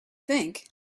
think